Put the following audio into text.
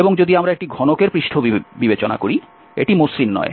এবং যদি আমরা একটি ঘনকের পৃষ্ঠ বিবেচনা করি এটি মসৃণ নয়